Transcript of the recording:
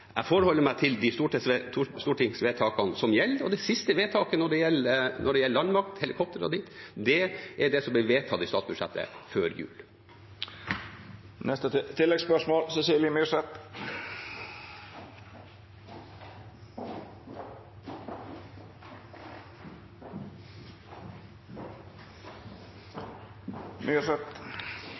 Jeg forholder meg til de stortingsvedtakene som gjelder. Det siste vedtaket når det gjelder landmakt, helikopter osv., er det som ble gjort i statsbudsjettet før jul. Cecilie Myrseth